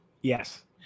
Yes